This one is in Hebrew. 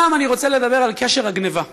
הפעם אני רוצה לדבר על קשר הגנבה.